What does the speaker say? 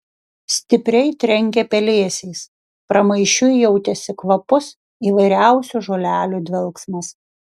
stipriai trenkė pelėsiais pramaišiui jautėsi kvapus įvairiausių žolelių dvelksmas